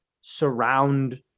surround